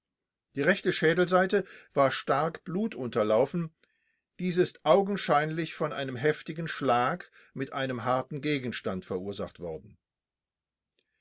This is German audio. die rechte schädelseite war stark blutunterlaufen dies ist augenscheinlich von einem heftigen schlag mit einem harten gegenstand verursacht worden